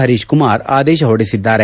ಪರೀಶ್ ಕುಮಾರ್ ಆದೇಶ ಹೊರಡಿಸಿದ್ದಾರೆ